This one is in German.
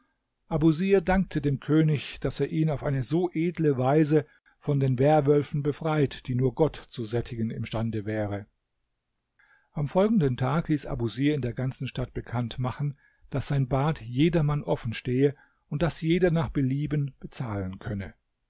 abusir dankte dem könig daß er ihn auf eine so edle weise von den werwölfen befreit die nur gott zu sättigen imstande wäre am folgenden tag ließ abusir in der ganzen stadt bekanntmachen daß sein bad jedermann offen stehe und daß jeder nach belieben bezahlen könne